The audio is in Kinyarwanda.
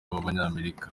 b’abanyamerika